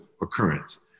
occurrence